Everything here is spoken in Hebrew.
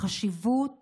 החשיבות